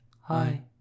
Hi